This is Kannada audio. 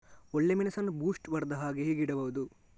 ಒಳ್ಳೆಮೆಣಸನ್ನು ಬೂಸ್ಟ್ ಬರ್ದಹಾಗೆ ಹೇಗೆ ಇಡಬಹುದು?